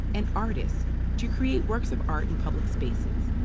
and artists to create works of art in public spaces.